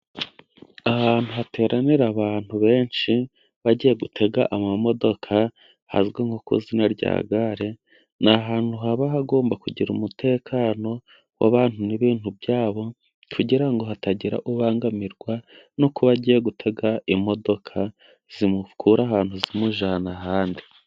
Ahantu hateranira abantu benshi bagiye gutega amamodoka, hazwi nko ku izina rya Gare, ni ahantu haba hagomba kugira umutekano w'abantu n'ibintu byabo, kugira ngo hatagira ubangamirwa, no kuba agiye gutega imodoka, zimukura ahantu zimujyana ahandi.